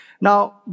Now